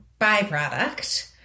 byproduct